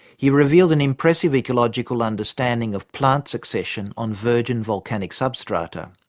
he revealed an impressive ecological understanding of plant succession on virgin volcanic substrata.